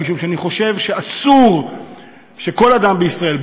משום שאני חושב שאסור שכל אדם בישראל,